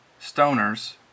stoners